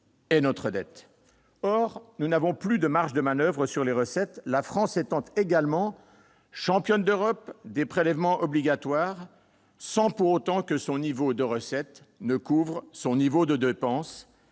et notre dette. Or nous n'avons plus de marges de manoeuvre sur les recettes, la France étant également championne d'Europe des prélèvements obligatoires, sans pour autant que son niveau de recettes couvre son niveau de dépenses.